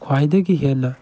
ꯈ꯭ꯋꯥꯏꯗꯒꯤ ꯍꯦꯟꯅ